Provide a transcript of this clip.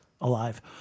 alive